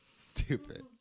Stupid